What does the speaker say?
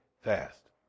fast